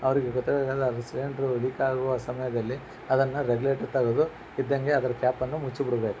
ಅವರಿಗೆ ಗೊತ್ತಾಗೋಲ್ಲ ಅದು ಸಿಲಿಂಡ್ರು ಲೀಕ್ ಆಗುವ ಸಮಯದಲ್ಲಿ ಅದನ್ನು ರೆಗ್ಯುಲೇಟರ್ ತೆಗ್ದು ಇದ್ದಂಗೆ ಅದ್ರ ಕ್ಯಾಪನ್ನು ಮುಚ್ಚಿ ಬಿಡಬೇಕು